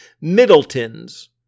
Middleton's